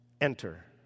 Enter